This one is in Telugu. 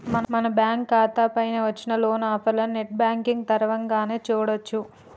మన బ్యాంకు ఖాతా పైన వచ్చిన లోన్ ఆఫర్లను నెట్ బ్యాంకింగ్ తరవంగానే చూడొచ్చు